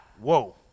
whoa